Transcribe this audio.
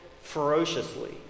ferociously